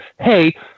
Hey